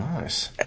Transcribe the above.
nice